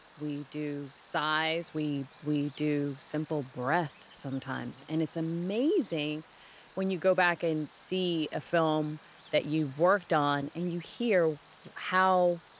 we do sighs. we we do simple breaths sometimes. and it's amazing when you go back and see a film that you've worked on, and you hear how